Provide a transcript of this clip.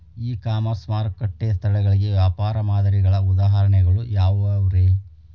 E commerce ಮಾರುಕಟ್ಟೆ ಸ್ಥಳಗಳಿಗೆ ವ್ಯಾಪಾರ ಮಾದರಿಗಳ ಉದಾಹರಣೆಗಳು ಯಾವವುರೇ?